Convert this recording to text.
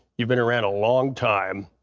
you've been around a long time.